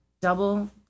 double